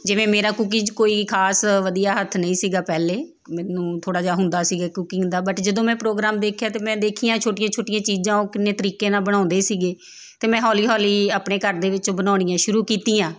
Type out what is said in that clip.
ਜਿਵੇਂ ਮੇਰਾ ਕੁਕੀ 'ਚ ਕੋਈ ਖਾਸ ਵਧੀਆ ਹੱਥ ਨਹੀਂ ਸੀਗਾ ਪਹਿਲੇ ਮੈਨੂੰ ਥੋੜ੍ਹਾ ਜਿਹਾ ਹੁੰਦਾ ਸੀਗਾ ਕੂਕਿੰਗ ਦਾ ਬਟ ਜਦੋਂ ਮੈਂ ਪ੍ਰੋਗਰਾਮ ਦੇਖਿਆ ਤਾਂ ਮੈਂ ਦੇਖੀਆਂ ਛੋਟੀਆਂ ਛੋਟੀਆਂ ਚੀਜ਼ਾਂ ਉਹ ਕਿੰਨੇ ਤਰੀਕੇ ਨਾਲ ਬਣਾਉਂਦੇ ਸੀਗੇ ਅਤੇ ਮੈਂ ਹੌਲੀ ਹੌਲੀ ਆਪਣੇ ਘਰ ਦੇ ਵਿੱਚ ਉਹ ਬਣਾਉਣੀਆਂ ਸ਼ੁਰੂ ਕੀਤੀਆਂ